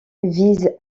vise